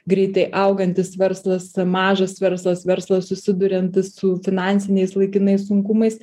greitai augantis verslas mažas verslas verslas susiduriantis su finansiniais laikinais sunkumais